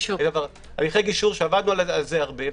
הליכי גישור שעבדנו עליהם הרבה.